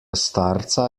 starca